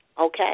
Okay